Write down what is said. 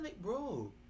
Bro